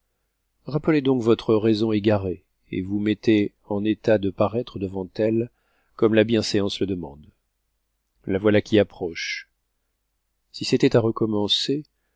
rappelez donc votre raison égarée et vous mettez en état de paraître devant elle comme la bienséance le demande la voilà qui approche si c'était à recommencer